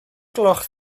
gloch